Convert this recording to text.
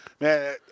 man